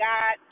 God